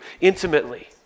intimately